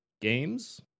Games